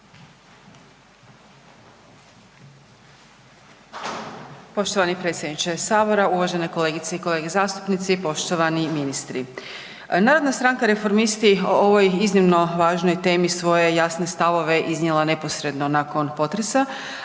Poštovani predsjedniče Sabora, uvažene kolegice i kolege zastupnici, poštovani ministri. Narodna stranka Reformisti o ovoj iznimno važnoj temi svoje jasne stavove iznijela je neposredno nakon potresa,